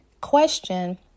question